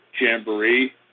Jamboree